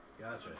Gotcha